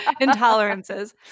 intolerances